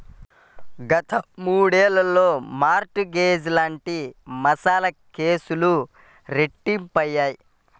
గత మూడేళ్లలో mortgage లాంటి మోసాల కేసులు రెట్టింపయ్యాయి